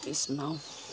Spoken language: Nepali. त्यसमा हौ